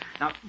Now